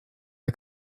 der